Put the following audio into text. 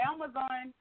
Amazon